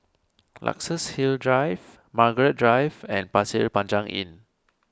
Luxus Hill Drive Margaret Drive and Pasir Panjang Inn